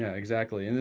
exactly.